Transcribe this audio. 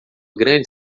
grande